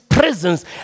Presence